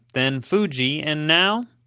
then fuji, and now,